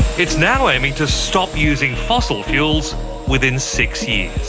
it's now aiming to stop using fossil fuels within six years.